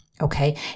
Okay